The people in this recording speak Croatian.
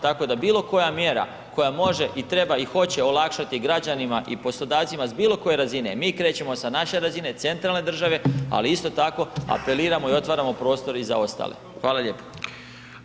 Tako da bilo koja mjera koja može i treba i hoće olakšati građanima i poslodavcima s bilo koje razine, mi krećemo sa naše razine centralne države, ali isto tako apeliramo i otvaramo prostor i za ostale.